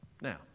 Now